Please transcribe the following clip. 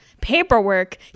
paperwork